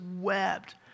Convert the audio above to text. wept